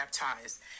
baptized